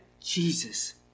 Jesus